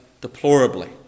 deplorably